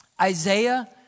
Isaiah